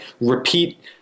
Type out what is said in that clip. repeat